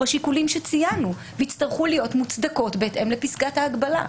השיקולים שציינו ויצטרכו להיות מוצדקות בהתאם לפסקת ההגבלה.